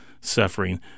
suffering